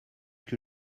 que